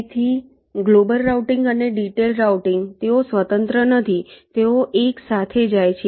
તેથી global routing અને detailed routing તેઓ સ્વતંત્ર નથી તેઓ એકસાથે જાય છે